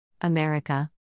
America